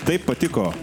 taip patiko